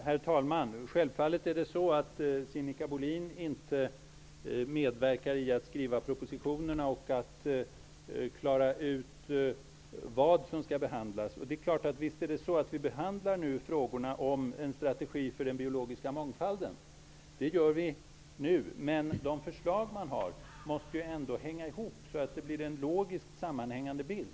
Herr talman! Självfallet medverkar inte Sinikka Bohlin vare sig i propositionsskrivandet eller i avgörandena om vad som skall behandlas. Visst behandlar vi nu frågor som gäller en strategi för den biologiska mångfalden, men de förslag som man har måste ändå hänga ihop, så att det blir en logiskt sammanhängande bild.